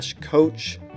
coach